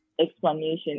explanation